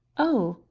oh,